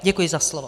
Děkuji za slovo.